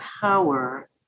power